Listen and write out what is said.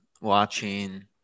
watching